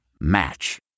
Match